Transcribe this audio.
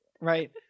Right